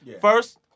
First